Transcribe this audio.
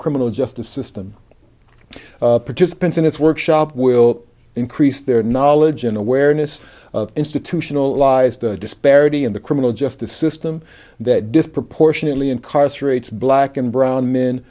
criminal justice system participants in this workshop will increase their knowledge and awareness of institutionalized disparity in the criminal justice system that disproportionately incarcerates black and brown men